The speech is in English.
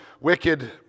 wicked